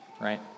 right